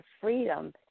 freedom